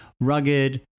rugged